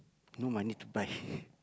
no money to buy